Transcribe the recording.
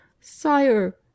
Sire